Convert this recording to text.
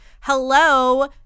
hello